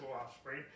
offspring